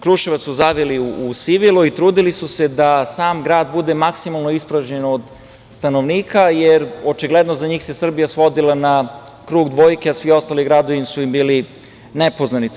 Kruševac su zavili u sivilo i trudili su se da sam grad bude maksimalno ispražnjen od stanovnika, jer očigledno za njih se Srbija svodila na krug dvojke, a svi ostali gradovi su im bili nepoznanica.